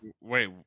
wait